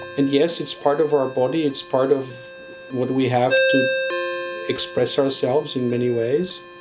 and yes, it's part of our body, it's part of what we have to express ourselves in many ways,